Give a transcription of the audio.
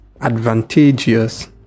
advantageous